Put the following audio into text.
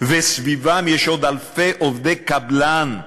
וסביבם יש עוד אלפי עובדי קבלן,